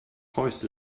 hoist